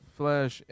flesh